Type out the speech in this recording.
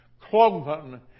cloven